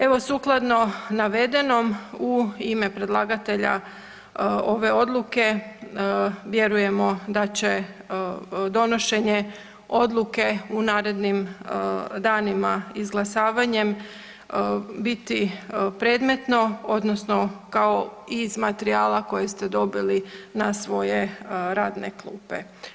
Evo sukladno navedenom u ime predlagatelja ove odluke vjerujemo da će donošenje odluke u narednim danima izglasavanjem biti predmetno odnosno kao i iz materijala koje ste dobili na svoje radne klupe.